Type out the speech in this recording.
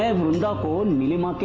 ah vrunda gone?